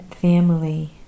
Family